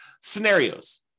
scenarios